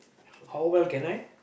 how well can I